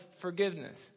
forgiveness